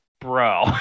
Bro